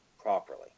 Properly